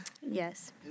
Yes